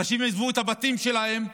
אנשים עזבו את הבתים שלהם,